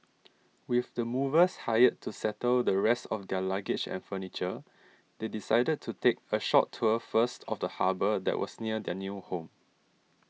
with the movers hired to settle the rest of their luggage and furniture they decided to take a short tour first of the harbour that was near their new home